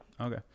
Okay